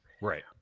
right